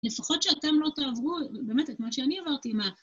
לפחות שאתם לא תעברו, באמת, את מה שאני עברתי, מה...